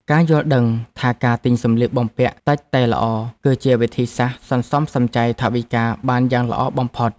ការយល់ដឹងថាការទិញសម្លៀកបំពាក់តិចតែល្អ គឺជាវិធីសាស្ត្រសន្សំសំចៃថវិកាបានយ៉ាងល្អបំផុត។